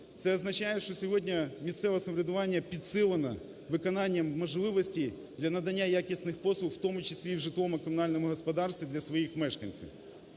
Це означає, що сьогодні місцеве самоврядування підсилено виконанням можливостей для надання якісних послуг, в тому числі і у житлово-комунальному господарстві для своїх мешканців.